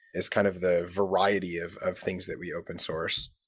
it's kind of the variety of of things that we open source.